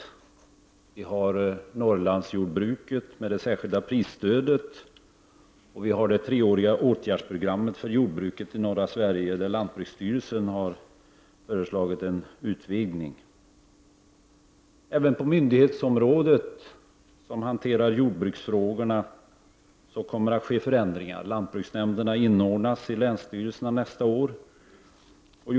Vi har Norrlandsjordbruket med det särskilda prisstödet, och vi har treårsprogrammet för jordbruket i norra Sverige, där lantbruksstyrelsen har föreslagit utvidgning. Även beträffande de myndigheter som hanterar jordbruksfrågorna kommer det att ske förändringar. Lantbruksnämnderna inordnas nästa år under länsstyrelserna.